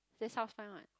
that South Spine what